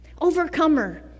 Overcomer